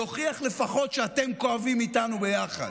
להוכיח לפחות שאתם כואבים איתנו ביחד.